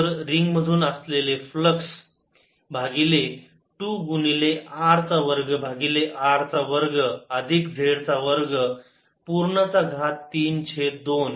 तर रिंग मधून असले फ्लक्स भागिले 2 गुणिले R चा वर्ग भागिले R चा वर्ग अधिक z चा वर्ग पूर्ण चा घात 3 छेद 2